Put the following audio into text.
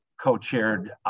co-chaired